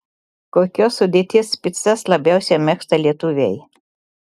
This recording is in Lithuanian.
kokios sudėties picas labiausiai mėgsta lietuviai